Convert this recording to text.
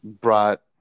brought